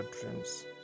dreams